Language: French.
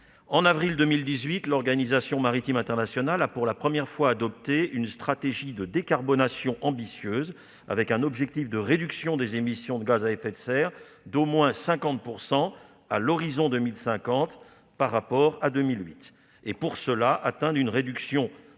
En avril 2018, l'Organisation maritime internationale (OMI) a pour la première fois adopté une stratégie de décarbonation ambitieuse, avec un objectif de réduction des émissions de gaz à effet de serre d'au moins 50 % à l'horizon 2050 par rapport à 2008, et un objectif intermédiaire de réduction